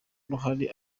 uruhare